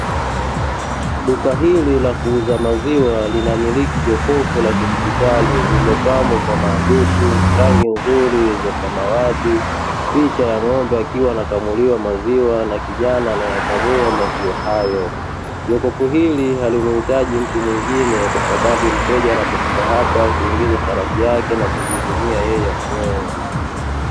Duka hili la kuuza maziwa linamiliki jokofu la kidijitali, lililopambwa kwa maandishi, rangi nzuri za samawati, picha ya ng'ombe akiwa anakamuliwa maziwa na kijana anayekamua maziwa hayo, jokofu hili halimuhitaji mtu mwingine kwa sababu mteja anapofika hapa hutumia sarafu yake na kujihudumia yeye mweneyewe.